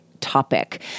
topic